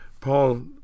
Paul